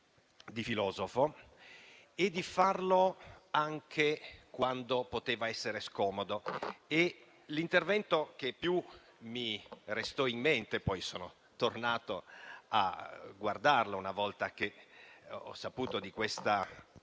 di filosofo, facendolo anche quando poteva essere scomodo. L'intervento che più mi restò in mente, che poi sono tornato a leggere una volta che ho saputo di questa